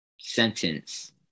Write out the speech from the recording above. sentence